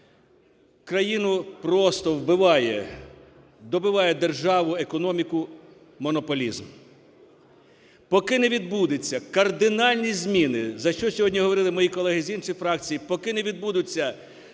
Країну просто вбиває, добиває державу, економіку монополізм. Поки не відбудуться кардинальні зміни, за що сьогодні говорили мої колеги з інших фракцій, поки не відбудуться